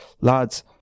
lads